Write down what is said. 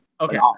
Okay